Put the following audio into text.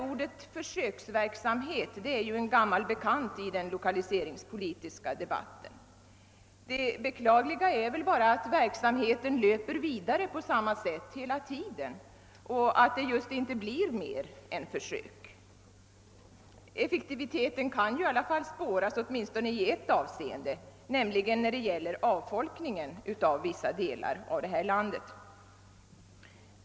Ordet »försöksverksamhet» är en gammal bekant i den lokaliseringspolitiska debatten. Det beklagliga är bara att verksamheten löper vidare på samma sätt hela tiden och att det just inte blir mer än försök. Effektiviteten kan dock spåras åtminstone i ett avseende, nämligen när det gäller avfolkningen av vissa delar av landet.